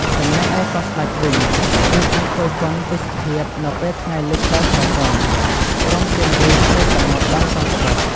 ចំណែកឯកោះស្តេចវិញ យើងអាចគយគន់ទេសភាពនៅពេលថ្ងៃលិចដ៏ស្រទន់ ព្រមជាមួយឆ្នេរសមុទ្រដ៏សក្បុស។